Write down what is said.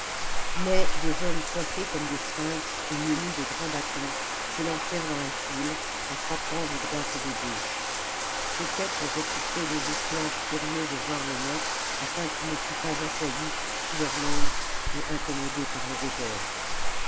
mais des hommes coiffés comme des sphinx et munis de grands bâtons s'élancèrent dans hi foule en frappant de droite et de gauche c'était pour repousser les esclaves curieux de voir le maître afin qu'il ne fût pas assailli sous leur nombre et incommodé par leur odeur